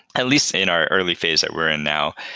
at least in our early phase that we're in now,